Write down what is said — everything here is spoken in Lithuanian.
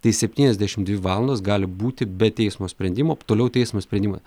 tai septyniasdešim dvi valandos gali būti be teismo sprendimo toliau teismo sprendimai